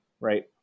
right